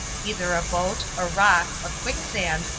either a boat, a rock, a quicksand,